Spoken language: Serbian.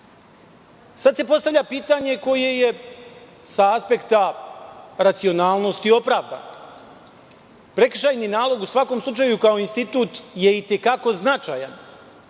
Sada se postavlja pitanje koje je sa aspekta racionalnosti opravdano. Prekršajni nalog u svakom slučaju kao institut je i te kako značajan